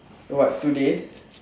what today